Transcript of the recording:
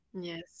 yes